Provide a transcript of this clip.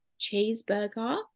cheeseburger